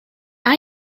are